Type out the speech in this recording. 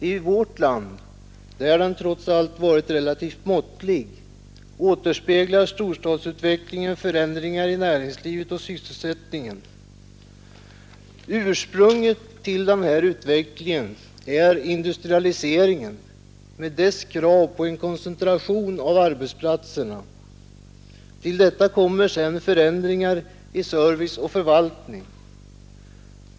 I vårt land, där den trots allt har varit relativt måttlig, återspeglas storstadsutvecklingen av förändringar i näringslivet och sysselsättningen. Ursprunget till denna utveckling är industrialiseringen med dess krav på koncentration av arbetsplatserna. Till detta kommer sedan förändringar i service och förvaltning.